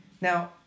Now